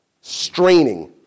Straining